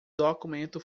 documento